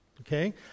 Okay